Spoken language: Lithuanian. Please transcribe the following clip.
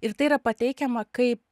ir tai yra pateikiama kaip